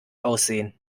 aussehen